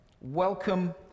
Welcome